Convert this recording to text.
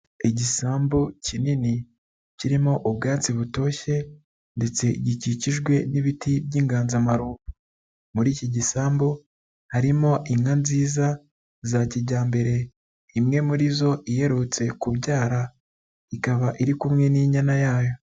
Igisambu kinini kirimo ubwatsi butoshye ndetse gikikijwe n'ibiti by'inganzamarumbo, muri iki gisambu, harimo inka nziza za kijyambere imwe muri zo iherutse kubyara, ikaba iri kumwe n'inyana yayo,